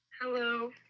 Hello